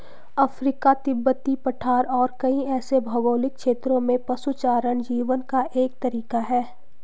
Africa, तिब्बती पठार और कई ऐसे भौगोलिक क्षेत्रों में पशुचारण जीवन का एक तरीका है